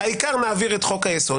הכנסת מעבירה חוק,